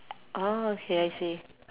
oh okay I see